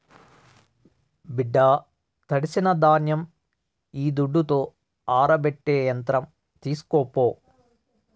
బిడ్డా తడిసిన ధాన్యం ఈ దుడ్డుతో ఆరబెట్టే యంత్రం తీస్కోపో